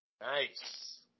Nice